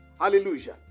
Hallelujah